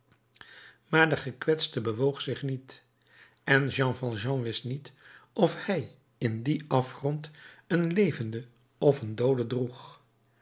maar de gekwetste bewoog zich niet en jean valjean wist niet of hij in dien afgrond een levende of een doode droeg